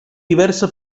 diversa